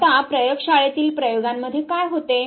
आता प्रयोग शाळेतील प्रयोगांमध्ये काय होते